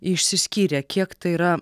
išsiskyrė kiek tai yra